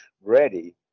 ready